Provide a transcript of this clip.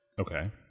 Okay